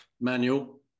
manual